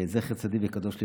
זכר צדיק וקדוש לברכה.